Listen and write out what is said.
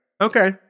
Okay